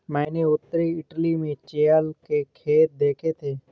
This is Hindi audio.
मैंने उत्तरी इटली में चेयल के खेत देखे थे